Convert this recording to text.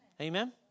Amen